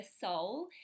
soul